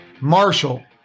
Marshall